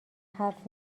حرف